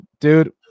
dude